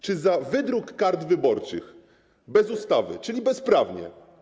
Czy za wydruk kart wyborczych bez ustawy, czyli bezprawnie.